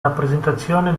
rappresentazione